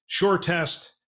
SureTest